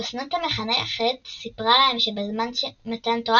אסנת המחנכת ספרה להם שבזמן מתן תורה